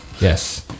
Yes